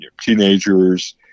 teenagers